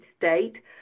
state